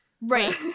Right